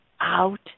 out